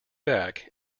back